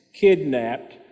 kidnapped